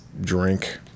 drink